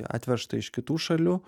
atvežta iš kitų šalių